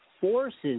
forces